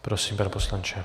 Prosím, pane poslanče.